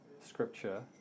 scripture